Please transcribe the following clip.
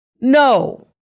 No